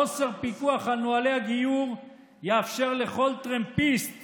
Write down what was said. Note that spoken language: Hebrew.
חוסר פיקוח על נוהלי הגיור יאפשר לכל טרמפיסט